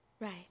Right